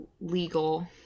legal